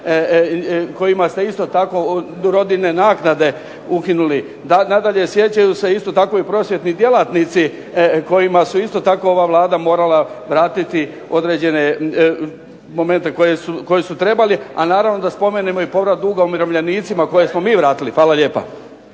kojima ste isto tako rodiljene naknade ukinuli. Nadalje, sjećaju se isto tako i prosvjetni djelatnici kojima je isto ova Vlada morala vratiti određene momente koji su trebali, a naravno da spomenemo i povrat duga umirovljenicima koji smo mi vratili. Hvala lijepo.